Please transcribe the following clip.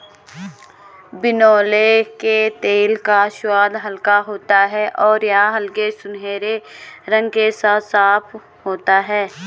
बिनौले के तेल का स्वाद हल्का होता है और यह हल्के सुनहरे रंग के साथ साफ होता है